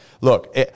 Look